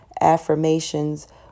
affirmations